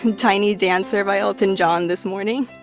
um tiny dancer by elton john this morning